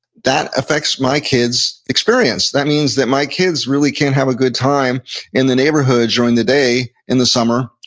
that affects my kids' experience. that means that my kids really can't have a good time in the neighborhood during the day in the summer,